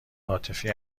عاطفی